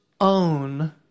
own